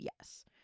yes